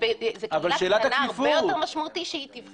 זו קהילה קטנה הרבה יותר משמעותי שהיא תבחר.